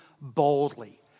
boldly